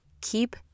Keep